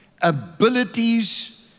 abilities